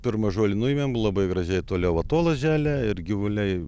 pirma žolę nuėmėm labai gražiai toliau atolas želia ir gyvuliai